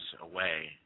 away